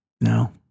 No